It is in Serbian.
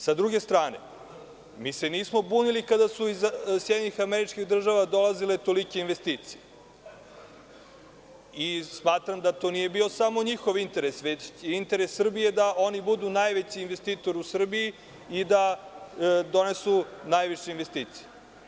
Sa druge strane, mi se nismo bunili kada su iz SAD dolazile tolike investicije i smatram da to nije bio samo njihov interes, već interes Srbije da oni budu najveći investitor u Srbiji i da donesu najviše investicija.